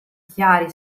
chiari